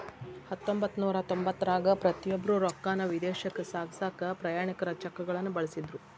ಹತ್ತೊಂಬತ್ತನೂರ ತೊಂಬತ್ತರಾಗ ಪ್ರತಿಯೊಬ್ರು ರೊಕ್ಕಾನ ವಿದೇಶಕ್ಕ ಸಾಗ್ಸಕಾ ಪ್ರಯಾಣಿಕರ ಚೆಕ್ಗಳನ್ನ ಬಳಸ್ತಿದ್ರು